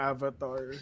Avatar